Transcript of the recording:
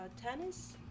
tennis